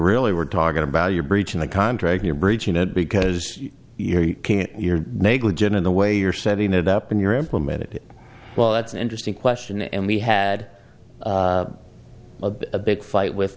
really were talking about your breach in the contract you're breaching it because you're negligent in the way you're setting it up and you're implement it well that's an interesting question and we had a big fight with